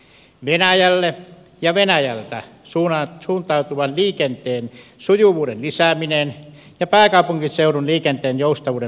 venäjälle ja venäjältä suuntautuvan liikenteen sujuvuuden lisääminen ja pääkaupunkiseudun liikenteen joustavuuden parantaminen